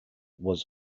was